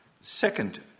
Second